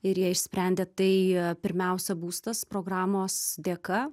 ir ją išsprendė tai pirmiausia būstas programos dėka